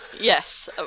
Yes